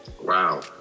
wow